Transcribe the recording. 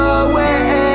away